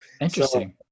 Interesting